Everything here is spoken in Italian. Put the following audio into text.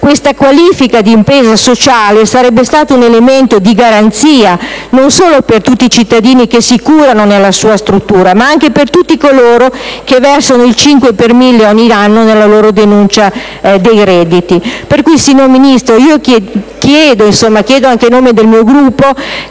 questa qualifica di impresa sociale sarebbe stata un elemento di garanzia, non solo per tutti cittadini che si curano nella sua struttura, ma anche per tutti coloro che versano il 5 per mille ogni anno in suo favore nell'ambito della loro denuncia dei redditi. Quindi, signor Ministro, chiedo, anche a nome del mio Gruppo,